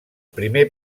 primer